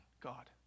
God